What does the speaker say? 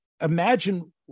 imagine